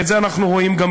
על